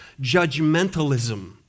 Judgmentalism